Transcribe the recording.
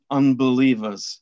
unbelievers